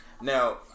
Now